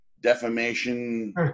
defamation